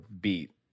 beat